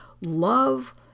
Love